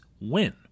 win